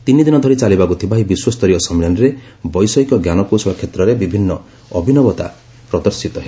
ତିନିଦିନ ଧରି ଚାଲିବାକୁ ଥିବା ଏହି ବିଶ୍ୱସ୍ତରୀୟ ସମ୍ମିଳନୀରେ ବୈଷୟିକ ଜ୍ଞାନକୌଶଳ କ୍ଷେତ୍ରରେ ବିଭିନ୍ନ ଅଭିନବତା ପ୍ରଦର୍ଶିତ ହେବ